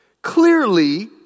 Clearly